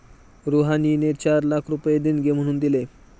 रुहानीने चार लाख रुपये देणगी म्हणून दिले